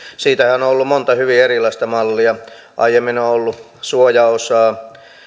siitähän on ollut monta hyvin erilaista mallia aiemmin on ollut suojaosaa